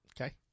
Okay